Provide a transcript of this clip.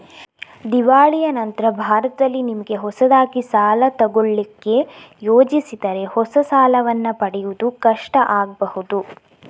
ದಿವಾಳಿಯ ನಂತ್ರ ಭಾರತದಲ್ಲಿ ನಿಮಿಗೆ ಹೊಸದಾಗಿ ಸಾಲ ತಗೊಳ್ಳಿಕ್ಕೆ ಯೋಜಿಸಿದರೆ ಹೊಸ ಸಾಲವನ್ನ ಪಡೆಯುವುದು ಕಷ್ಟ ಆಗ್ಬಹುದು